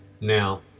Now